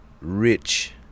rich